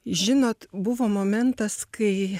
žinot buvo momentas kai